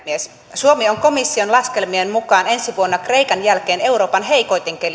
suomi on komission laskelmien mukaan ensi vuonna kreikan jälkeen euroopan heikoiten